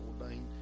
ordained